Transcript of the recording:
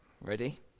Ready